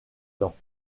temps